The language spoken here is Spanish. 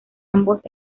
ambos